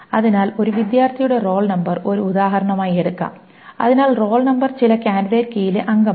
അതിനാൽ ഒരു വിദ്യാർത്ഥിയുടെ റോൾ നമ്പർ ഒരു ഉദാഹരണമായി എടുക്കാം അതിനാൽ റോൾ നമ്പർ ചില കാൻഡിഡേറ്റ് കീയിലെ അംഗമാണ്